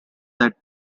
that